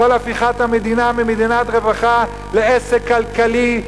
כל הפיכת המדינה ממדינת רווחה לעסק כלכלי,